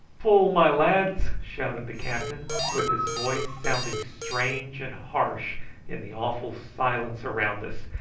pull, my lads! shouted the captain, with his voice sounding strange and harsh in the awful silence around us,